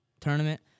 tournament